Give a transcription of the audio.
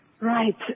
Right